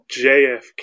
JFK